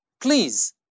Please